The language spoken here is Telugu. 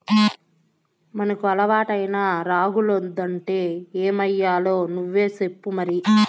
మనకు అలవాటైన రాగులొద్దంటే ఏమయ్యాలో నువ్వే సెప్పు మరి